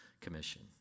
Commission